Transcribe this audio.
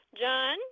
John